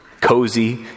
cozy